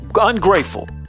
ungrateful